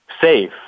safe